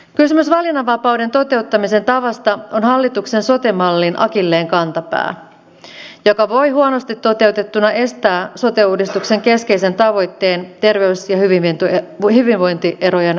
kysymys valinnanvapauden toteuttamisen tavasta on hallituksen sote mallin akilleenkantapää joka voi huonosti toteutettuna estää sote uudistuksen keskeisen tavoitteen terveys ja hyvinvointierojen kaventamisen